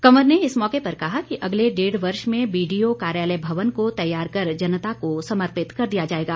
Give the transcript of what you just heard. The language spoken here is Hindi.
कंवर ने इस मौके पर कहा कि अगले डेढ वर्ष में बीडीओ कार्यालय भवन को तैयार कर जनता को समर्पित कर दिया जाएगा